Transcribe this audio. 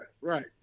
Right